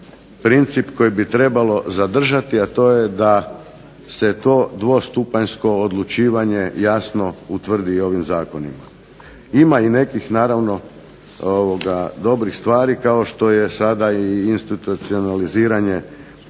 princip koji bi trebalo zadržati a to je da se to dvostupanjsko odlučivanje jasno utvrdi ovim zakonima. Ima i nekih naravno dobrih stvari kao što je sada institucionaliziranje Državnog